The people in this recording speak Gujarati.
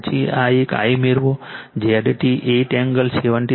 પછી આ એક I મેળવોZ T 8 એંગલ 73